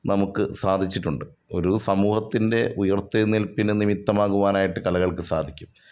നമുക്ക് സാധിച്ചിട്ടുണ്ട് ഒരു സമൂഹത്തിൻ്റെ ഉയർത്തെഴുന്നേൽപ്പിന് നിമിത്തമാകുവാനായിട്ട് കലകൾക്ക് സാധിക്കും